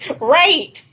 Right